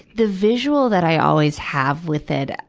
the visuals that i always have with it,